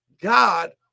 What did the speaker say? God